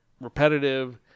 repetitive